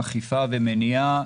אכיפה ומניעה.